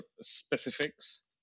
specifics